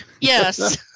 Yes